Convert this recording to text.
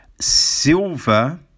silver